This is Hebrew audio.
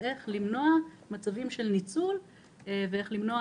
איך למנוע מצבים של ניצול ואיך למנוע